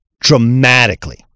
dramatically